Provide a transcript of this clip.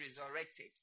resurrected